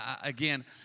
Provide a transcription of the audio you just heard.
again